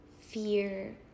fear